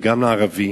וגם הערבי,